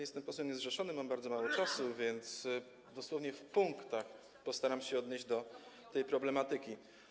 Jestem posłem niezrzeszonym, mam bardzo mało czasu, więc dosłownie w punktach postaram się odnieść do tej problematyki.